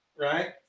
right